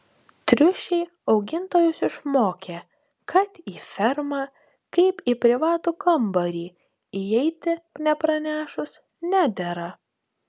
triušiai augintojus išmokė kad į fermą kaip į privatų kambarį įeiti nepranešus nedera